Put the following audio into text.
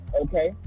Okay